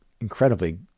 incredibly